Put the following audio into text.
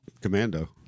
commando